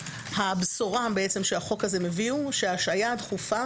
הבשורה שהחוק הזה מביא הוא שההשעיה הדחופה